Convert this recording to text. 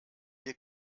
ihr